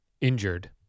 injured